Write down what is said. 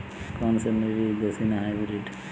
কোন শ্রেণীর বীজ দেশী না হাইব্রিড?